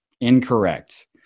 Incorrect